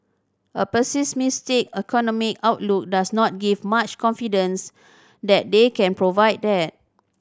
a pessimistic economic outlook does not give much confidence that they can provide that